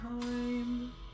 Time